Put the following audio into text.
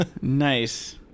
nice